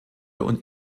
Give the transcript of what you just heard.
und